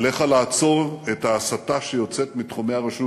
עליך לעצור את ההסתה שיוצאת מתחומי הרשות,